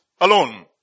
alone